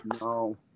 No